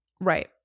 Right